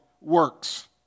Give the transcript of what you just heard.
works